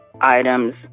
items